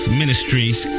ministries